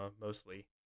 mostly